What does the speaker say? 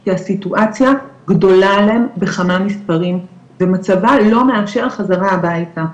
כי הסיטואציה גדולה עליהם בכמה מספרים ומצבה לא מאפשר חזרה הביתה.